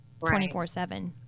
24/7